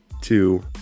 two